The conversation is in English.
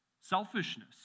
Selfishness